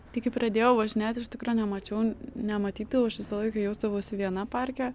tai kai pradėjau važinėt iš tikro nemačiau nematydavau aš visą laiką jausdavausi viena parke